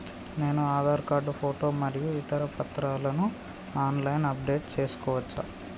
నేను Aadhaar card photo మరియు ఇతర పత్రాలను ఆన్ లైన్ అప్ డెట్ చేసుకోవచ్చా?